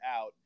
out